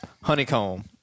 Honeycomb